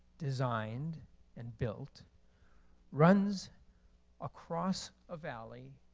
designed and built runs across a valley.